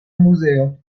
muzeo